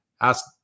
ask